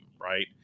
right